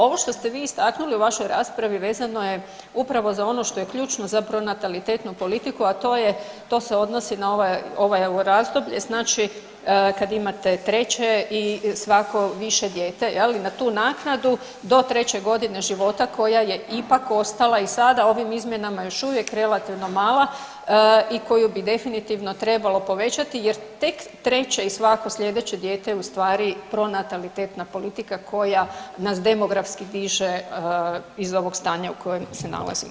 Ovo što ste vi istaknuli u vašoj raspravi vezano je upravo za ono što je ključno za pronatalitetnu politiku, a to je, to se odnosi na ovaj, ovo razdoblje znači kad imate treće i svako više dijete je li na tu naknadu do treće godine života koja je ipak ostala i sada ovim izmjenama još uvijek relativno mala i koju bi definitivno trebalo povećati jer tek treće i svako slijedeće dijete je u stvari pronatalitetna politika koja nas demografski diže iz ovog stanja u kojem se nalazimo.